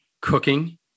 cooking